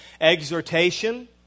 exhortation